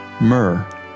Myrrh